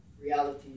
reality